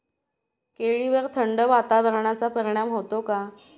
केळीवर थंड वातावरणाचा परिणाम होतो का?